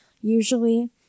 usually